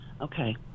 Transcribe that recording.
Okay